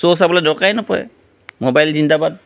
show চাবলৈ দৰকাৰে নপৰে মোবাইল জিন্দাবাদ